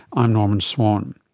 i'm norman swan.